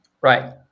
Right